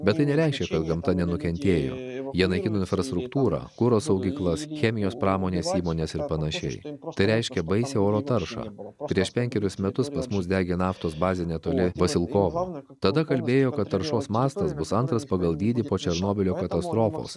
bet tai nereiškia kad gamta nenukentėjo jie naikina infrastruktūrą kuro saugyklas chemijos pramonės įmones ir panašiai tai reiškia baisią oro taršą prieš penkerius metus pas mus degė naftos bazė netoli pasilkovo tada kalbėjo kad taršos mastas bus antras pagal dydį po černobylio katastrofos